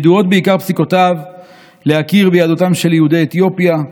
ידועות בעיקר פסיקתו להכיר ביהדותם של יהודי אתיופיה,